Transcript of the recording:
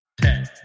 Ten